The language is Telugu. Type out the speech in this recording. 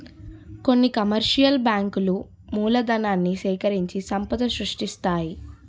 కొన్ని కమర్షియల్ బ్యాంకులు మూలధనాన్ని సేకరించి సంపద సృష్టిస్తాయి